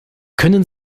können